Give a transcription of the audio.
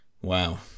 Wow